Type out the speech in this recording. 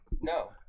No